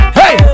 hey